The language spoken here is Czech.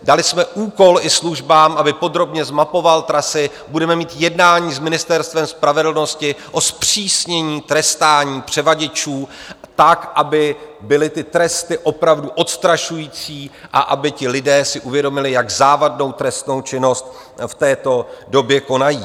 Dali jsme úkol i službám, aby podrobně zmapovaly trasy, budeme mít jednání s Ministerstvem spravedlnosti o zpřísnění trestání převaděčů tak, aby byly ty tresty opravdu odstrašující a aby ti lidé si uvědomili, jak závadnou trestnou činnost v této době konají.